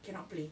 cannot play